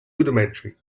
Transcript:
rudimentary